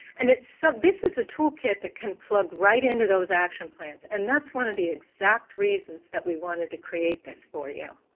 and so this is a toolkit that can plug right into those action plans, and that's one of the exact reasons that we wanted to create this for you.